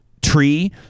tree